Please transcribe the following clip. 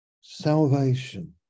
Salvation